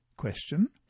question